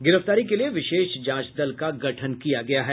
गिरफ्तारी के लिए विशेष जांच दल का गठन किया गया है